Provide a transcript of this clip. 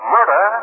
Murder